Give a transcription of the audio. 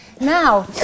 now